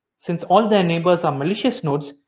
since all their neighbors are malicious nodes,